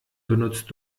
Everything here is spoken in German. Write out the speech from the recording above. benutzt